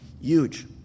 Huge